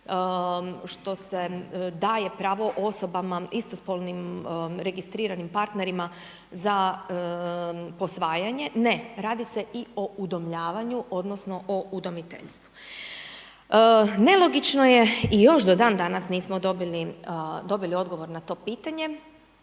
što se daje pravo osobama istospolnim registriranim partnerima za posvajanje, ne, radi se i o udomljavanju odnosno o udomiteljstvu. Nelogično je i još do dan danas nismo dobili, dobili odgovor na to pitanje